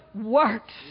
works